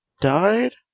died